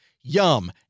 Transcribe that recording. Yum